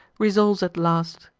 resolves at last.